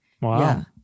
Wow